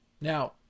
Now